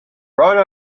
right